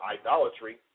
idolatry